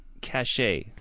cachet